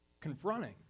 confronting